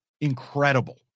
Incredible